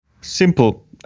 Simple